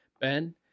Ben